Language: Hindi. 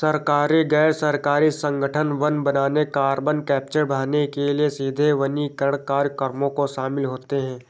सरकारी, गैर सरकारी संगठन वन बनाने, कार्बन कैप्चर बढ़ाने के लिए सीधे वनीकरण कार्यक्रमों में शामिल होते हैं